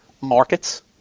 markets